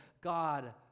God